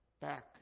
back